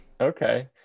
Okay